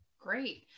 Great